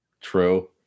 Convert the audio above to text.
True